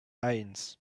eins